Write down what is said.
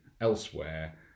elsewhere